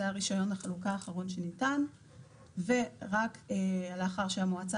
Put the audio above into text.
זה הרישיון חלוקה האחרון שניתן ורק לאחר שהמועצה